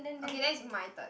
okay and then it's my turn